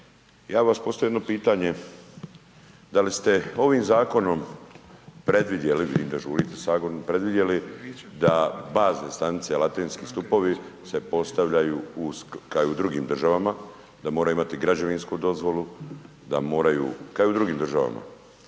bih vam postavio jedno pitanje, da li ste ovim zakonom predvidjeli .../Govornik se ne razumije./... predvidjeli da baze stanice, antenski stupovi se postavljaju kao i u drugim državama da moraju imati građevinsku dozvolu, da moraju, kao i u drugim državama?